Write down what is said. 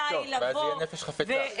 הבעיה תהיה נפש חפצה.